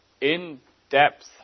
in-depth